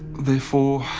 therefore,